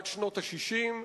עד שנות ה-60.